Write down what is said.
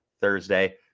Thursday